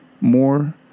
more